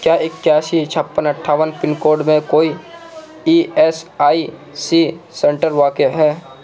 کیا اکیاسی چھپں اٹھاون پن کوڈ میں کوئی E S I C centre واقع ہے